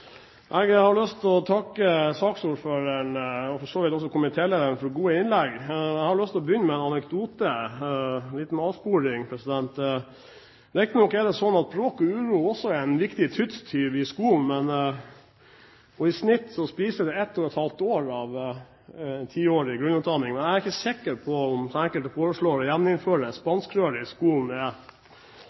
jeg bruker 10 minutter, men vi får se. Jeg har lyst til å takke saksordføreren og for så vidt også komitélederen for gode innlegg. Jeg har lyst til å begynne med en anekdote, en liten avsporing. Riktignok er det sånn at bråk og uro også er en viktig tidstyv i skolen. I snitt spiser det et og et halvt år av tiårig grunnutdanning. Jeg er ikke sikker på om det enkelte foreslår, å gjeninnføre